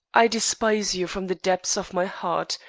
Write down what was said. i despise you from the depths of my heart.